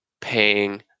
paying